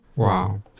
Wow